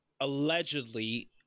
allegedly